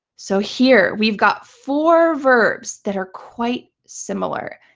so here we've got four verbs that are quite similar.